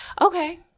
Okay